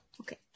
Okay